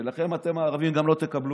ולכם, גם אתם, הערבים, לא תקבלו,